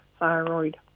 thyroid